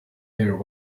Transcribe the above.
air